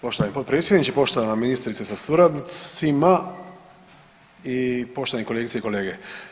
Poštovani potpredsjedniče, poštovana ministrice sa suradnicima i poštovane kolegice i kolege.